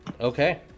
okay